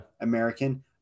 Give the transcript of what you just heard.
American